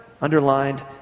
underlined